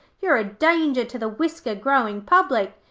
you are a danger to the whisker-growing public.